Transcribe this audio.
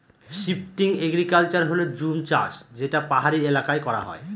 shifting agriculture হল জুম চাষ যেটা পাহাড়ি এলাকায় করা হয়